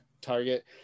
target